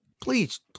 Please